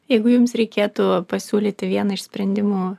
jeigu jums reikėtų pasiūlyti vieną iš sprendimų